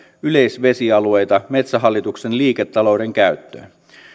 yleisvesialueita metsähallituksen liiketalouden käyttöön